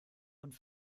und